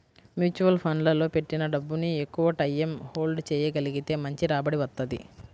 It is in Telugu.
మ్యూచువల్ ఫండ్లలో పెట్టిన డబ్బుని ఎక్కువటైయ్యం హోల్డ్ చెయ్యగలిగితే మంచి రాబడి వత్తది